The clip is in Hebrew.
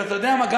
ואתה יודע מה?